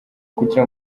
kugira